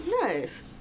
nice